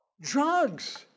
Drugs